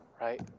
right